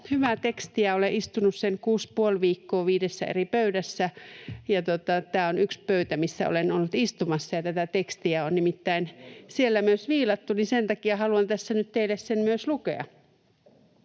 hyvää tekstiä. Olen istunut sen kuusi ja puoli viikkoa viidessä eri pöydässä, ja tämä on yksi pöytä, missä olen ollut istumassa. Tätä tekstiä on nimittäin siellä myös viilattu, joten sen takia haluan tässä nyt teille sen myös lukea.